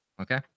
Okay